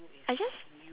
I just